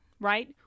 right